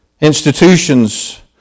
institutions